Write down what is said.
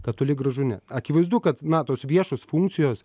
kad toli gražu ne akivaizdu kad na tos viešos funkcijos